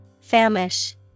Famish